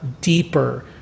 deeper